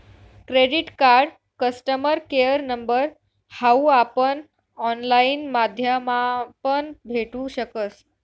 credit card customer care number हाऊ आपण online माध्यमापण भेटू शकस